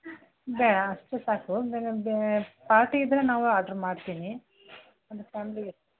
ಬೇಡ ಅಷ್ಟೇ ಸಾಕು ಬೆಳಿಗ್ಗೆ ಪಾರ್ಟಿ ಇದ್ದರೆ ನಾವು ಆರ್ಡ್ರು ಮಾಡ್ತೀನಿ